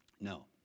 No